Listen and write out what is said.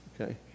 Okay